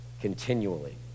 continually